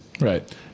Right